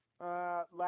last